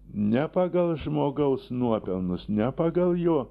ne pagal žmogaus nuopelnus ne pagal jo